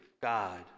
God